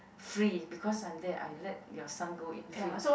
free because I'm there I let your son go in free